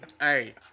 Hey